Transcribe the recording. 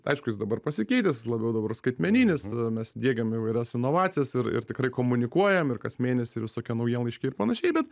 aišku jis dabar pasikeitęs jis labiau dabar skaitmeninis mes diegiam įvairias inovacijas ir ir tikrai komunikuojame ir kas mėnesį visokie naujienlaiškiai ir panašiai bet